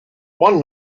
one